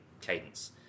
cadence